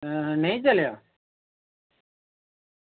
नेईं चलेआ